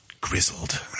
Grizzled